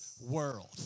world